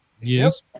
Yes